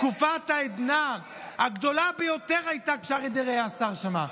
תקופת העדנה הגדולה ביותר הייתה כשאריה דרעי היה שר שם.